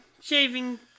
shaving